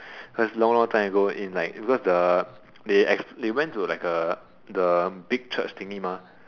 cause long long time ago in like because the they ex~ they went to like a the the big church thingy mah